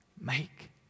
make